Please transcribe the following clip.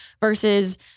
versus